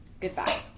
goodbye